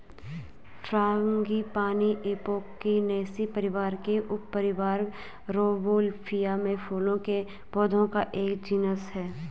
frangipani Apocynaceae परिवार के उपपरिवार रौवोल्फिया में फूलों के पौधों का एक जीनस है